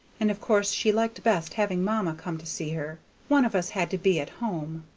and of course she liked best having mamma come to see her one of us had to be at home.